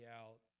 out